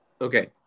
okay